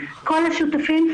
כל השותפים,